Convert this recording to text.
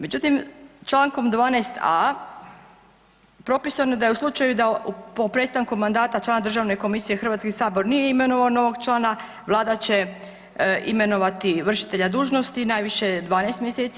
Međutim, člankom 12.a propisano je da u slučaju po prestanku mandata člana državne komisije Hrvatski sabor nije imenovao novog člana Vlada će imenovati vršitelja dužnosti najviše 12 mjeseci.